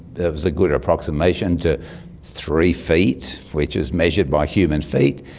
there was a good approximation to three feet, which is measured by human feet.